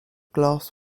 glass